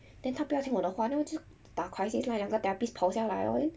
then 他不要听我的话 then 我就打 crisis line 两个 therapists 跑下来 lor then